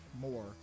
more